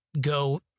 Go